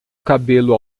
cabelo